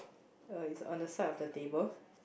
oh it's on the side of the table